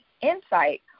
insight